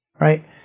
right